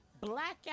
blackout